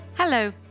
Hello